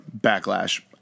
backlash